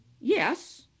Yes